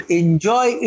enjoy